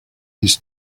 his